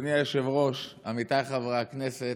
אדוני היושב-ראש, עמיתיי חברי הכנסת,